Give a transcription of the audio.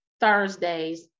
Thursdays